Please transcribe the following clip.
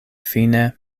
fine